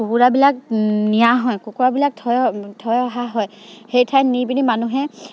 কুকুৰাবিলাক নিয়া হয় কুকুৰাবিলাক থৈ থৈ অহা হয় সেই ঠাইত নি পিনি মানুহে